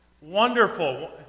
Wonderful